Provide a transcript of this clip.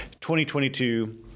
2022